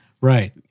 Right